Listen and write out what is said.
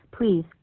please